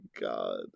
God